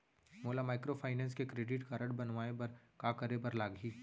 मोला माइक्रोफाइनेंस के credit card बनवाए बर का करे बर लागही?